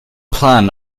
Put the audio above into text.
plan